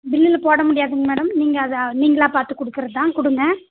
பில்லில் போட முடியாதுங்க மேடம் நீங்கள் அதை நீங்களாக பார்த்து கொடுக்குறது தான் கொடுங்க